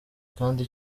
kandi